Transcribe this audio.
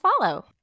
follow